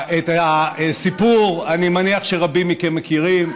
את הסיפור אני מניח שרבים מכם מכירים,